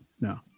no